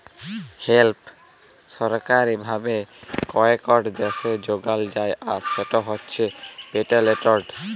hemp সরকারি ভাবে কয়েকট দ্যাশে যগাল যায় আর সেট হছে পেটেল্টেড